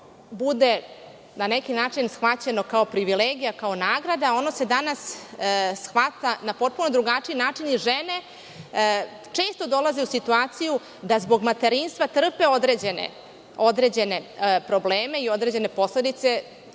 bude na neki način shvaćeno kao privilegija kao nagrada, ono se danas shvata na potpuno drugačiji način jer žene često dolaze u situaciju da zbog materinstva trpe određene probleme i određen posledice